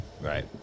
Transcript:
Right